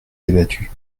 débattu